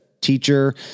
teacher